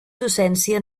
docència